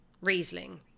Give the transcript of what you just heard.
Riesling